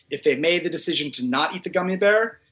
if they made the decision to not eat the gummy bear,